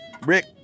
Rick